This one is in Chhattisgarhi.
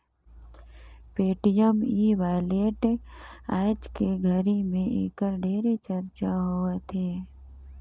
पेटीएम ई वॉलेट आयज के घरी मे ऐखर ढेरे चरचा होवथे